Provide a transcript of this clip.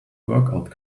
workout